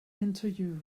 interview